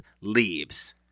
leaves